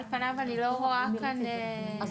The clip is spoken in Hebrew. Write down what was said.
על פניו אני לא רואה כאן הצהרה.